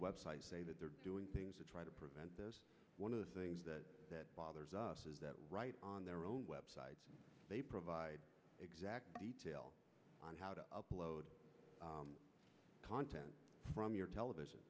web sites say that they're doing things to try to prevent this one of the things that bothers us is that right on their own websites they provide exact detail on how to upload content from your television